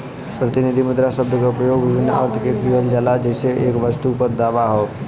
प्रतिनिधि मुद्रा शब्द क उपयोग विभिन्न अर्थ में किहल जाला जइसे एक वस्तु पर दावा हौ